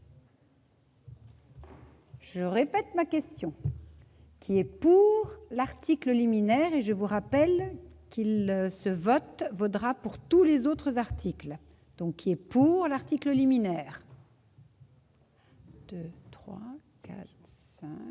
Je répète ma question qui est pour l'article liminaire et je vous rappelle qu'il se vote vaudra pour tous les autres articles, donc il est pour l'article liminaire. 3, ce qui